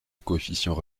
coefficients